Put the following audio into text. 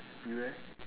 you leh